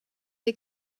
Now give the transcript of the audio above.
des